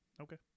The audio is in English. Okay